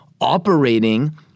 operating